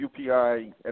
UPI